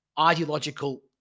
ideological